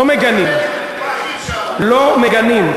לא מגנים.